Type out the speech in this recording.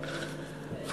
תודה,